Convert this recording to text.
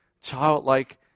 childlike